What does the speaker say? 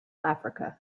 africa